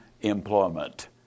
employment